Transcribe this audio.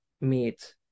meet